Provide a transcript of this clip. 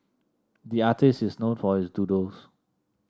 the artist is known for his doodles